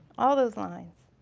all those lines.